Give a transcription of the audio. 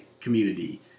community